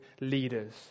leaders